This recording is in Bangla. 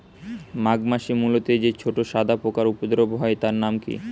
মাঘ মাসে মূলোতে যে ছোট সাদা পোকার উপদ্রব হয় তার নাম কি?